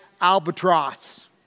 albatross